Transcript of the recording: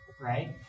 Right